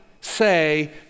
say